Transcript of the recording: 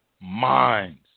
minds